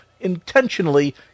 intentionally